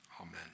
Amen